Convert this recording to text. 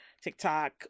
TikTok